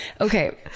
Okay